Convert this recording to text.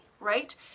right